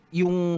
yung